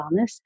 Wellness